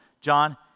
John